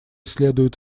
следует